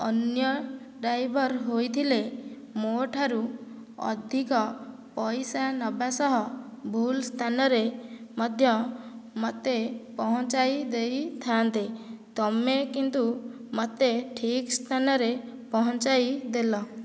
ଅନ୍ୟ ଡ୍ରାଇଭର ହୋଇଥିଲେ ମୋ'ଠାରୁ ଅଧିକ ପଇସା ନେବା ସହ ଭୁଲ ସ୍ଥାନରେ ମଧ୍ୟ ମୋତେ ପହଁଞ୍ଚାଇ ଦେଇଥାନ୍ତେ ତୁମେ କିନ୍ତୁ ମୋତେ ଠିକ୍ ସ୍ଥାନରେ ପହଁଞ୍ଚାଇଦେଲ